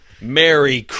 Merry